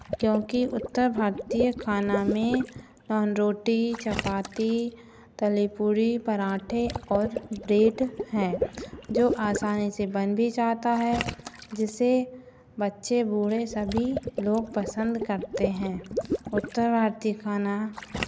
क्योंकि उत्तर भारतीय खाना में रोटी चपाती तली पूड़ी परांठे और ब्रेड हैं जो आसानी से बन भी जाता है जिसे बच्चे बूढ़े सभी लोग पसन्द करते हैं उत्तर भारतीय खाना